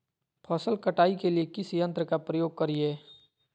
फसल कटाई के लिए किस यंत्र का प्रयोग करिये?